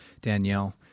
Danielle